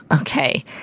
Okay